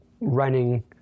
running